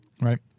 Right